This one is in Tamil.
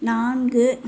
நான்கு